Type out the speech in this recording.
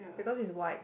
because it's white